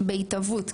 בהתהוות,